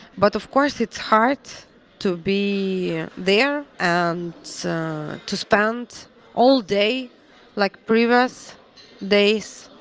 but of course it's hard to be there, and so to spend all day like previous days.